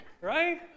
right